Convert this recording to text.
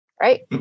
Right